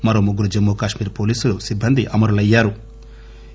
మరో ముగ్గురు జమ్మూ కాశ్మీర్ పోలీసు సిబ్బంది అమరులయ్యారు